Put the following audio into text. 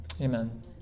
amen